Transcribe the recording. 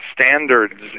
standards